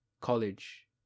college